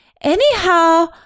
Anyhow